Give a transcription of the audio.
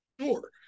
sure